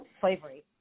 slavery